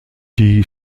die